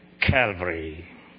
Calvary